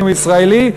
אם ישראלי,